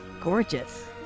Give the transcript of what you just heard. gorgeous